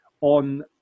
on